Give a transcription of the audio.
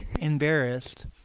embarrassed